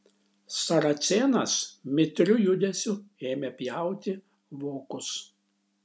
saracėnas mitriu judesiu ėmė pjauti vokus